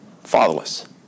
fatherless